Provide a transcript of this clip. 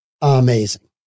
amazing